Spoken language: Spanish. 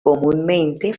comúnmente